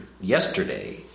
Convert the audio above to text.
yesterday